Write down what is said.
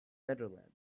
netherlands